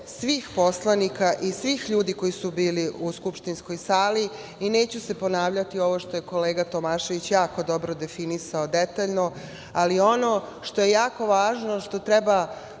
svih poslanika i svih ljudi koji su bili u skupštinskoj sali. Neću se ponavljati ovo što je kolega Tomašević jako dobro definisao detaljno. Ali, ono što je jako važno, što treba